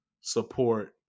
support